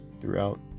throughout